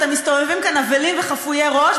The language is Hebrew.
אתם מסתובבים כאן אבלים וחפויי ראש,